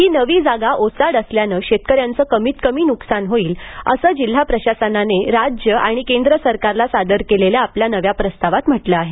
ही नवी जागा ओसाड असल्यानं शेतकऱ्यांचं कमीत कमी न्कसान होईल असं जिल्हा प्रशासनाने राज्य आणि केंद्र सरकारला सादर केलेल्या आपल्या नव्या प्रस्तावात म्हटलं आहे